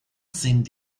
sind